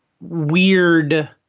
weird